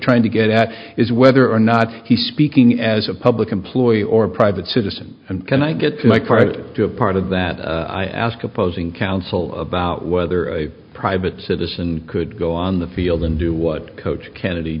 trying to get at is whether or not he's speaking as a public employee or a private citizen and can i get my card to a part of that i ask opposing counsel about whether a private citizen could go on the field and do what coach kennedy